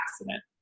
accident